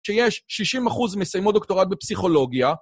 שיש 60 אחוז מסיימות דוקטורט בפסיכולוגיה.